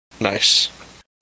Nice